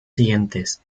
siguientes